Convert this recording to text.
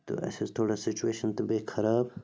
تہٕ اَسہِ ٲس تھوڑا سُچویشَن تہٕ بیٚیہِ خراب